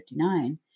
1959